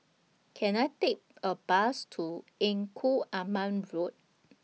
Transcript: Can I Take A Bus to Engku Aman Road